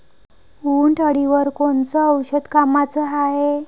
उंटअळीवर कोनचं औषध कामाचं हाये?